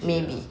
maybe